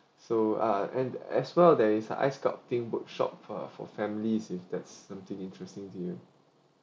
so uh and as well there is ice sculpting workshop uh for families if that's something interesting to you